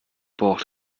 braucht